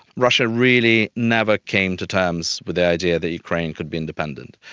russia really never came to terms with the idea the ukraine could be independent.